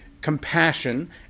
compassion